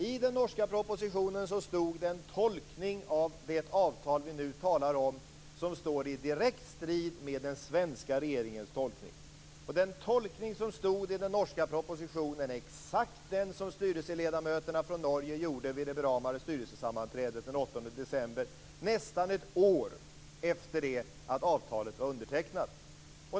I den norska propositionen stod den tolkning av det avtal vi nu talar om som står i direkt strid med den svenska regeringens tolkning. Den tolkning som stod i den norska propositionen är exakt den som styrelseledamöterna från Norge gjorde vid det beramade styrelsesammanträdet den 8 december, nästan ett år efter det att avtalet var undertecknat.